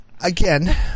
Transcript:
Again